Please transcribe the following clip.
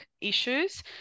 issues